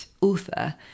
author